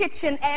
kitchen